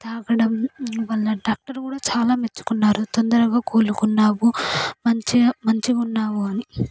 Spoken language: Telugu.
తాగడం వల్ల డాక్టర్ కూడా చాలా మెచ్చుకున్నారు తొందరగా కోలుకున్నావు మంచిగ మంచిగున్నావని